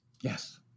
Yes